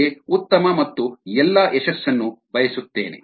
ನಿಮಗೆ ಉತ್ತಮ ಮತ್ತು ಎಲ್ಲಾ ಯಶಸ್ಸನ್ನು ಬಯಸುತ್ತೇನೆ